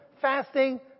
fasting